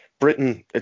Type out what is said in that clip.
Britain